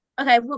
Okay